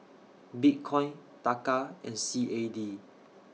Bitcoin Taka and C A D